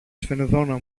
σφενδόνα